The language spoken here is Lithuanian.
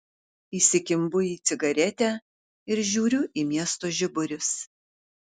įsikimbu į cigaretę ir žiūriu į miesto žiburius